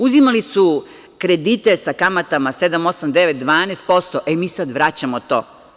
Uzimali su kredite sa kamatama, 7, 8, 9, 12%, mi sada vraćamo to.